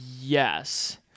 Yes